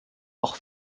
auch